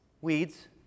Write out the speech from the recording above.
Weeds